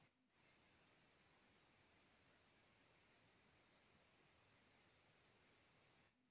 bank मे आपन पइसा के खाता मे जमा करे के डीपोसिट या जमा कहल जाला